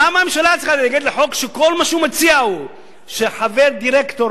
למה הממשלה צריכה להתנגד לחוק שכל מה שהוא מציע הוא שחבר דירקטור